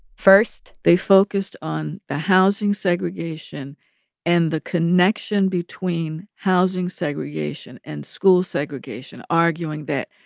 first. they focused on the housing segregation and the connection between housing segregation and school segregation, arguing that,